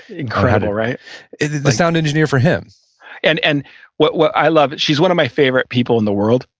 incredible. right the sound engineer for him and and what what i love, she's one of my favorite people in the world.